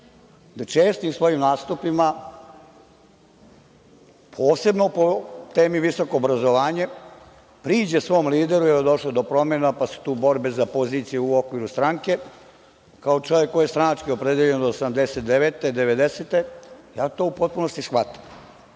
da čestim svojim nastupima, posebno po temi visoko obrazovanje, priđe svom lideru, jer je došlo do promena, pa su tu borbe za poziciju u okviru stranke, kao čovek koji je stranački opredeljen od 1989, 1990. godine, ja to u potpunosti shvatam,